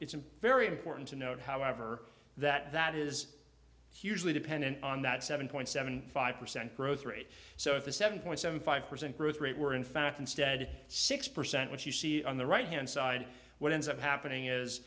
it's a very important to note however that that is hugely dependent on that seven point seven five percent growth rate so if a seven point seven five percent growth rate were in fact instead six percent which you see on the right hand side what ends up happening is